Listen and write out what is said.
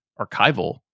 archival